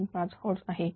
0235 hertz आहे